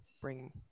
bring